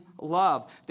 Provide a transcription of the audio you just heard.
love